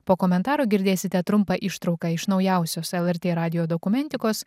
po komentaro girdėsite trumpą ištrauką iš naujausios lrt radijo dokumentikos